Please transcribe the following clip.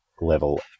level